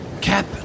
Cap